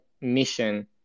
mission